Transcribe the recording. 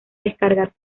descargar